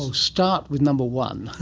so start with number one.